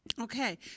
Okay